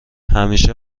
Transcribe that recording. همیشه